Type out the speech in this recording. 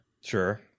Sure